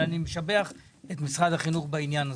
אני משבח את משרד החינוך בעניין הזה.